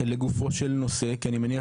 ולכן באופן סטטיסטי כאשר אתה לא מגיש